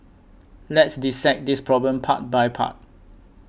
let's dissect this problem part by part